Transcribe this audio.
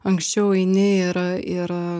anksčiau eini ir ir